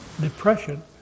depression